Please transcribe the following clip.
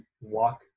walk